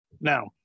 Now